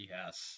Yes